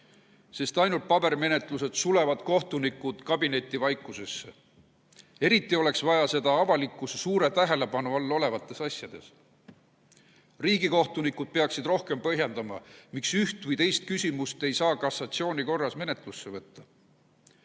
sest ainult pabermenetlused sulevad kohtunikud kabinetivaikusesse. Eriti oleks vaja seda avalikkuse suure tähelepanu all olevate asjade korral. Riigikohtunikud peaksid rohkem põhjendama, miks üht või teist küsimust ei saa kassatsioonikorras menetlusse võtta.